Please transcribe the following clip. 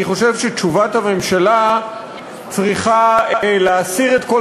אני חושב שתשובת הממשלה צריכה להסיר את כל